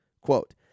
Quote